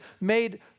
made